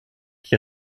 qui